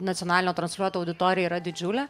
nacionalinio transliuoto auditorija yra didžiulė